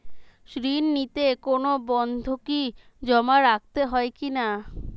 ঋণ নিতে কোনো বন্ধকি জমা রাখতে হয় কিনা?